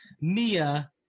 Mia